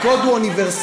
הקוד הוא אוניברסלי.